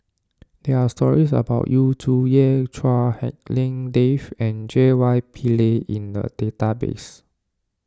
there are stories about Yu Zhuye Chua Hak Lien Dave and J Y Pillay in the database